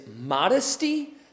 modesty